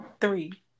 three